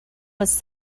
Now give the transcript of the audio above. was